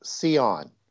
Sion